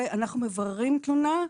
אנחנו מבררים תלונה.